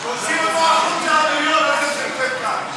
תוציא אותו החוצה, את הבריון הזה שיושב כאן.